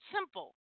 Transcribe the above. Simple